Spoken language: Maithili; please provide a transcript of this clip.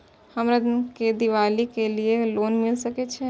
हमरा के दीपावली के लीऐ लोन मिल सके छे?